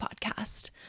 podcast